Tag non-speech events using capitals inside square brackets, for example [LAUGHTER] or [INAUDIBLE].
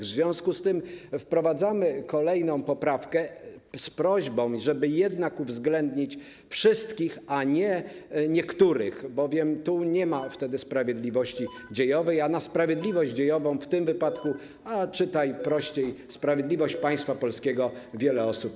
W związku z tym wprowadzamy kolejną poprawkę, z prośbą, żeby jednak uwzględnić wszystkich, a nie tylko niektórych, [NOISE] nie ma tu bowiem wtedy sprawiedliwości dziejowej, a na sprawiedliwość dziejową, w tym wypadku czytaj, prościej: sprawiedliwość państwa polskiego - liczy wiele osób.